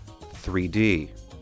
3d